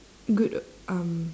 good um